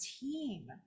team